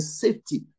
safety